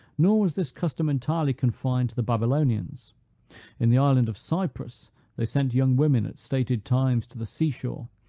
nor was this custom entirely confined to the babylonians in the island of cyprus they sent young women at stated times to the sea-shore,